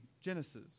Genesis